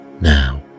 now